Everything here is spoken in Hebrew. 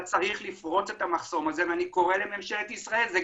אתה צריך לפרוץ את המחסום הזה ואני קורא לממשלת ישראל ולמשרד החינוך,